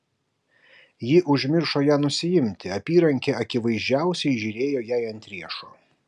ji užmiršo ją nusiimti apyrankė akivaizdžiausiai žėrėjo jai ant riešo